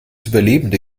überlebende